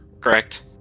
correct